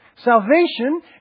Salvation